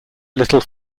little